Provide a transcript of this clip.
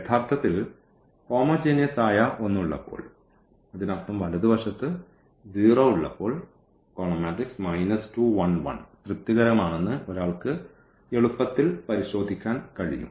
യഥാർത്ഥത്തിൽ ഹോമോജീനിയസ് ആയ ഒന്ന് ഉള്ളപ്പോൾ അതിനർത്ഥം വലതുവശത്ത് 0 ഉള്ളപ്പോൾ തൃപ്തികരമാണെന്ന് ഒരാൾക്ക് എളുപ്പത്തിൽ പരിശോധിക്കാൻ കഴിയും